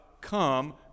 come